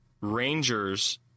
Rangers